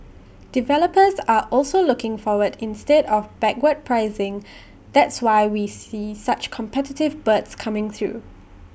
developers are also looking forward instead of backward pricing that's why we see such competitive bids coming through